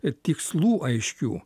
ir tikslų aiškių